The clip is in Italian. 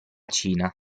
cina